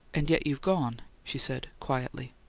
and yet you've gone, she said, quietly.